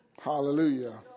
Hallelujah